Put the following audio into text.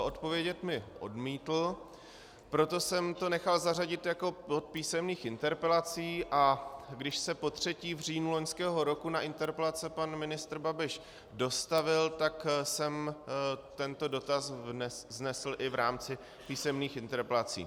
Odpovědět mi odmítl, proto jsem to nechal zařadit jako bod písemných interpelací, a když se potřetí v říjnu loňského roku na interpelace pan ministr Babiš dostavil, tak jsem tento dotaz vznesl i v rámci písemných interpelací.